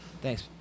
Thanks